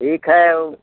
ठीक है ऊ